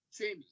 Jamie